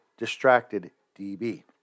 DistractedDB